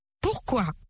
Pourquoi